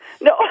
No